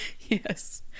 yes